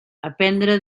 aprendre